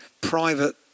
private